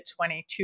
22%